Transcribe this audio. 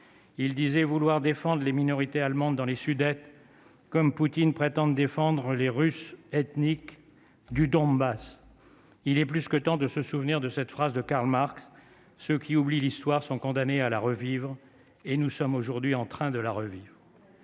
il disait vouloir défendent les minorités allemandes dans les Sudètes comme Poutine prétendent défendre les Russes ethniques du Donbass, il est plus que temps de se souvenir de cette phrase de Karl Marx, ceux qui oublient l'histoire sont condamnés à la revivre et nous sommes aujourd'hui en train de la revue.